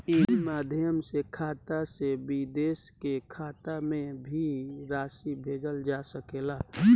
ई माध्यम से खाता से विदेश के खाता में भी राशि भेजल जा सकेला का?